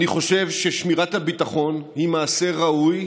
אני חושב ששמירת הביטחון היא מעשה ראוי,